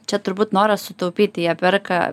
čia turbūt noras sutaupyti jie perka